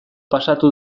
pasatu